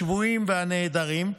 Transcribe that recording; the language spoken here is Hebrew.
השבויים והנעדרים,